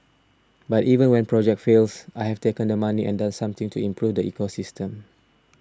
but even when projects fails I have taken the money and done something to improve the ecosystem